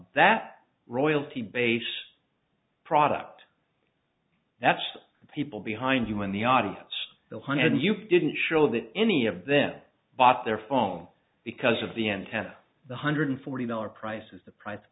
that royalty base product that's the people behind you in the audience the one and you didn't show that any of them bought their phone because of the antenna the hundred forty dollars price is the price of